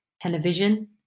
television